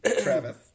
Travis